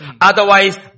Otherwise